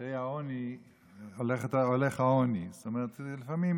אחרי העני הולך העוני, זאת אומרת, לפעמים